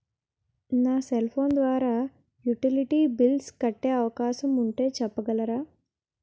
నా cell phone ద్వారా utility bills కట్టే అవకాశం ఉంటే చెప్పగలరా?